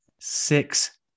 six